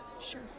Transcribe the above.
Sure